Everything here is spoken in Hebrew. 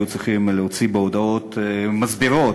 הם היו צריכים להוציא הודעות מסבירות